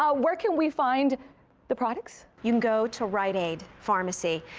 um where can we find the products? you can go to rite aid pharmacy.